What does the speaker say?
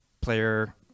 player